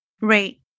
Right